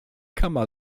kama